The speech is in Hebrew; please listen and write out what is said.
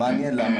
מעניין למה.